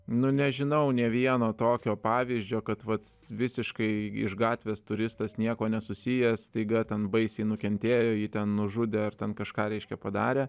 nu nežinau nė vieno tokio pavyzdžio kad vat visiškai iš gatvės turistas niekuo nesusijęs staiga ten baisiai nukentėjo jį ten nužudė ar ten kažką reiškia padarė